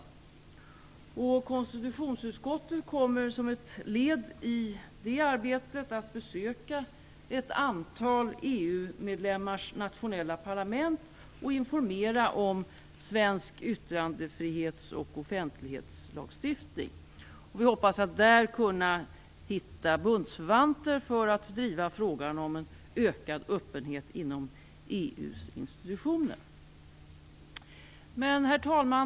Som ett led i det arbetet kommer konstitutionsutskottet att besöka ett antal EU medlemmars nationella parlament och informera om svensk yttrandefrihets och offentlighetslagstiftning. Vi hoppas att då kunna hitta bundsförvanter för att driva frågan om en ökad öppenhet inom EU:s institutioner. Herr talman!